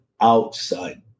outside